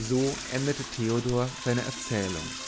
so endete theodor seine erzählung